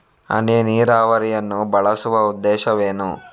ಹನಿ ನೀರಾವರಿಯನ್ನು ಬಳಸುವ ಉದ್ದೇಶವೇನು?